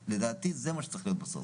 אז לדעתי זה מה שצריך להיות בסוף.